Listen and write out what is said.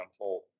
unfold